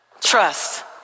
Trust